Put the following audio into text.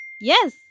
Yes